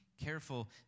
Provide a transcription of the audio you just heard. careful